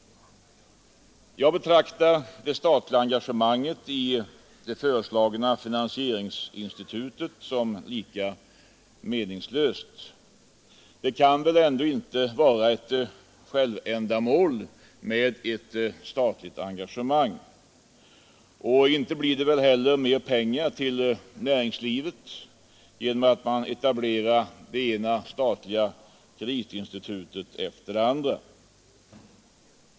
Jag betraktar det statliga engagemanget i det föreslagna finansieringsinstitutet som lika meningslöst. Det kan väl ändå inte vara ett självändamål med ett statligt engagemang? Och inte blir det väl mer pengar till näringslivet genom att man etablerar det ena statliga kreditinstitutet efter det andra.